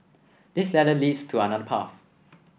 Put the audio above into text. this ladder leads to another path